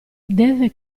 deve